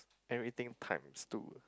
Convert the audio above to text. everything times two